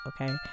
okay